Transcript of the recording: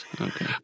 Okay